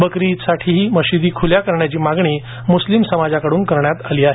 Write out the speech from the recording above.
बकरी ईदसाठी मशिदीही खुल्या करण्याची मागणी मुस्लिम समाजाकडून करण्यात आली आहे